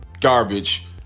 garbage